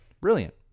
Brilliant